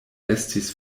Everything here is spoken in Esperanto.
estis